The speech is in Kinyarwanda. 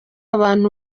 abantu